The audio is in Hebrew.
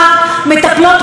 הוא מקבל טיפול,